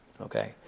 Okay